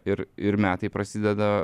ir ir metai prasideda